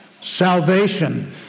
salvation